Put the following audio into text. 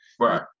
Right